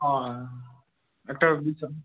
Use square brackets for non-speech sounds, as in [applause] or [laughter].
অ অ্যাঁ একটা [unintelligible]